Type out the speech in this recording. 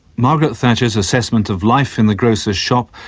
margaret thatcher's assessment of life in the grocer's shop,